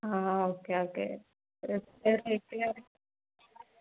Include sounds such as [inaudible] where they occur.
ആ okay okay [unintelligible]